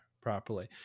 properly